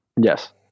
yes